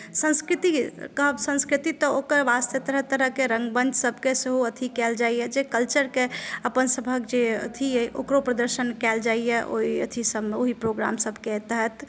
संस्कृति कहब संस्कृति तऽ ओकर वास्ते तरह तरहके रङ्गमञ्चसभके सेहो अथी कएल जाइए जे कल्चरक अपनसभक जे अथी अइ ओकरो प्रदर्शन कएल जाइए ओहि अथी सभमे ओहि प्रोग्रामसभके तहत